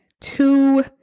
Two